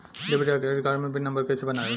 Debit या credit card मे pin number कैसे बनाएम?